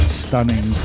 stunning